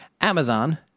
Amazon